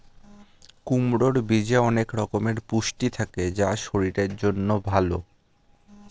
কুমড়োর বীজে অনেক রকমের পুষ্টি থাকে যা শরীরের জন্য ভালো